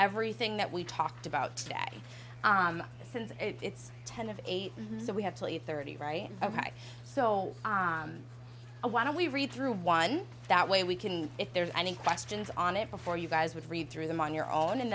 everything that we talked about today since it's ten of eight so we have to leave thirty right ok so why don't we read through one that way we can if there's any questions on it before you guys would read through them on your own and